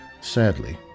sadly